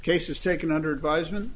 cases taking under advisement